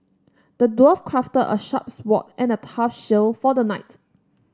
the dwarf crafted a sharp sword and a tough shield for the knight